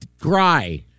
cry